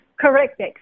correct